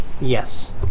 Yes